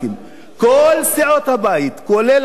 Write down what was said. כולל הדתיים.